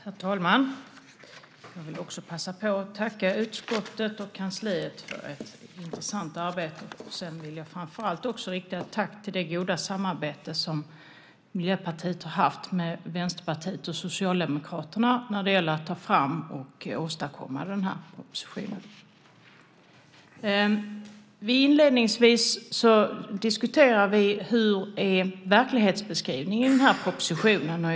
Herr talman! Jag vill också passa på att tacka utskottet och kansliet för ett intressant arbete. Framför allt vill jag också rikta ett tack för det goda samarbete som Miljöpartiet har haft med Vänsterpartiet och Socialdemokraterna när det gällt att ta fram och åstadkomma den här propositionen. Inledningsvis diskuterar vi verklighetsbeskrivningen i den här propositionen.